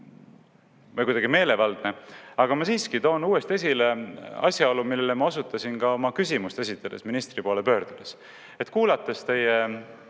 või kuidagi meelevaldne, aga ma toon uuesti esile asjaolu, millele ma osutasin ka oma küsimust esitades ministri poole pöördudes. Kuulates teie